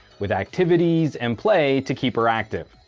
with activities and play to keep her active.